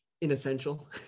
inessential